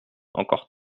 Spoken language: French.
encore